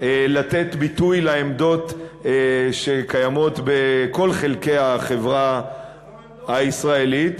לתת ביטוי לעמדות שקיימות בכל חלקי החברה הישראלית,